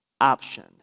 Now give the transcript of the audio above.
option